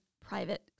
private